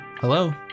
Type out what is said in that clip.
hello